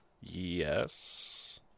Yes